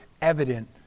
evident